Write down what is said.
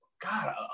God